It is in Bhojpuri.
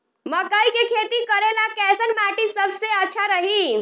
मकई के खेती करेला कैसन माटी सबसे अच्छा रही?